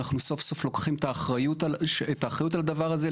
סוף סוף לוקחים את האחריות על הדבר הזה,